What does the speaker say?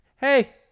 Hey